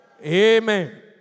Amen